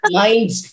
minds